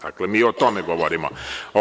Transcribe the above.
Dakle, mi o tome govorimo.